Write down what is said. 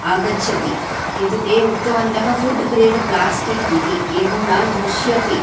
आगच्छति किन्तु ते उक्तवन्तः फ़ुड् ग्रेड् प्लास्टिक् इति एवं न दृश्यते